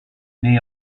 née